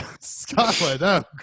Scotland